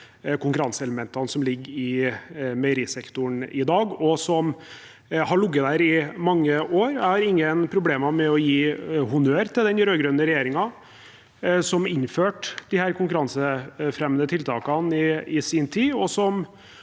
konkurranseelementene som ligger i meierisektoren i dag, og som har ligget der i mange år. Jeg har ingen problemer med å gi honnør til den rød-grønne regjeringen som innførte disse konkurransefremmende tiltakene i sin tid,